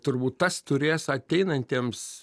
turbūt tas turės ateinantiems